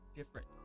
Different